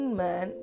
man